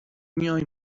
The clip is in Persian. میای